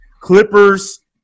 Clippers